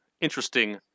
interesting